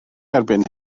erbyn